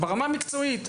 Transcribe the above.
ברמה המקצועית.